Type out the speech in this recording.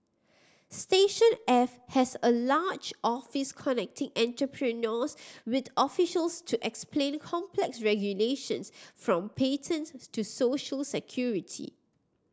station F has a large office connecting entrepreneurs with officials to explain complex regulations from patents to social security